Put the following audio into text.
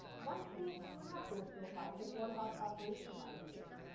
once we have those profiles, it's all about operationalizing it.